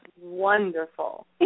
wonderful